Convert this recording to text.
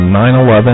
9-11